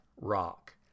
rock